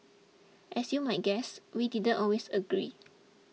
as you might guess we didn't always agree